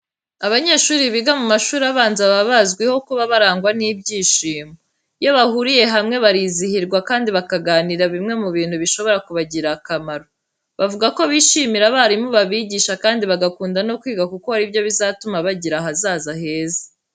Abanyeshuri biga mu mashuri abanza baba bazwiho kuba barangwa n'ibyishimo. Iyo bahuriye hamwe barizihirwa kandi bakaganira bimwe mu bintu bishobora kubagirira akamaro. Bavuga ko bishimira abarimu babigisha kandi bagakunda no kwiga kuko ari byo bizatuma bagira ahazaza heza.